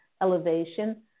elevation